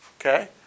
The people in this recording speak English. okay